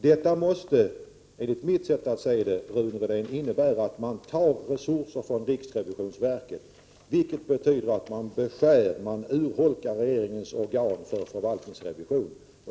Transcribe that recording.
Detta måste enligt mitt sätt att se på saken, Rune Rydén, innebära att man tar resurser från riksrevisionsverket — vilket betyder att man urholkar regeringens organ för förvaltningsrevision.